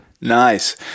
Nice